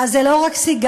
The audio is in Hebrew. אז זה לא רק סיגר.